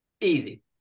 Easy